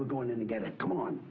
we're going to get it come on